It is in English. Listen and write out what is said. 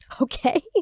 Okay